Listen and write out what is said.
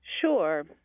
Sure